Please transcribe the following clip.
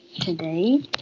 today